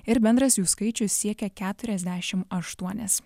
ir bendras jų skaičius siekia keturiasdešim aštuonis